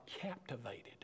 captivated